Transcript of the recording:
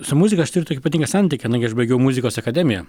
su muzika aš turiu tokį santykį kadangi aš baigiau muzikos akademiją